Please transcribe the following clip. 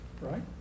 right